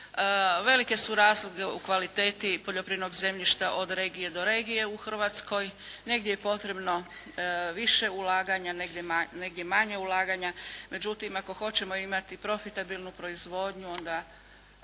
velike su razlike u kvaliteti poljoprivrednog zemljišta od regije do regije u Hrvatskoj, negdje je potrebno više ulaganja, negdje manje ulaganja, međutim ako hoćemo imati profitabilnu proizvodnju onda